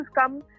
come